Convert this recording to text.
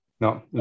No